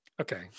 okay